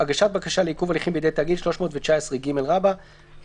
"הגשת בקשה לעיכוב הליכים בידי תאגיד 319ג. (א)תאגיד